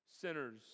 sinners